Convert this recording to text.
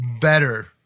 better